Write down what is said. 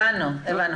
הבנו.